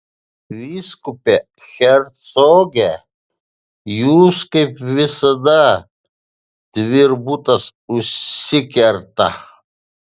vyskupe hercoge jūs kaip visada tvirbutas užsikerta